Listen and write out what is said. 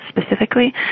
specifically